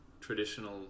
traditional